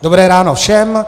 Dobré ráno všem.